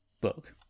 book